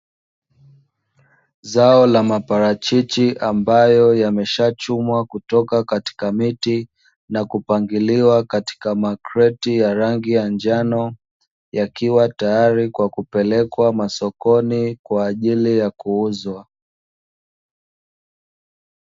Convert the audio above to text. Zao la maparachichi ambayo yameshachumwa katika miti na kupangiliwa katika makreti ya rangi ya njano, yakiwa tayari kwa kupelekwa masokoni kwa ajili ya kuuzwa.